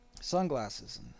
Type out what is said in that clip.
sunglasses